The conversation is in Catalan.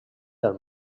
del